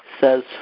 says